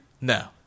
no